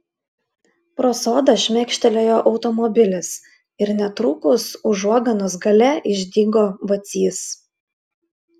pro sodą šmėkštelėjo automobilis ir netrukus užuoganos gale išdygo vacys